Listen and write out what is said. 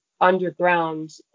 underground